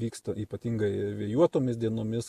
vyksta ypatingai vėjuotomis dienomis